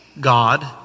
God